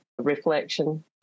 reflection